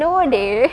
no dey